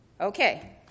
Okay